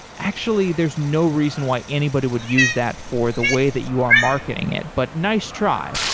actually, there's no reason why anybody would use that for the way that you are marketing it, but nice try.